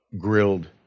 grilled